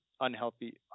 unhealthy